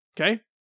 Okay